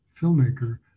filmmaker